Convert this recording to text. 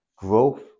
Growth